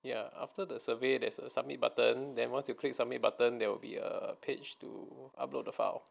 ya after the survey there's a submit button then once you click submit button there will be a page to upload the file